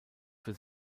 für